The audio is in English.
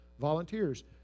volunteers